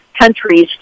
countries